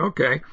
Okay